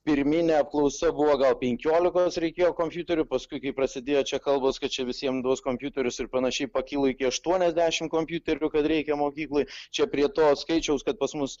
pirminė apklausa buvo gal penkiolikos reikėjo kompiuterių paskui kai prasidėjo čia kalbos kad čia visiem duos kompiuterius ir panašiai pakilo iki aštuoniasdešimt kompiuterių kad reikia mokyklai čia prie to skaičiaus kad pas mus